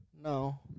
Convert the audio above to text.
No